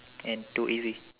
and too easy